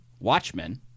Watchmen